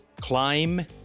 climb